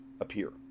appear